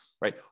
Right